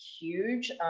huge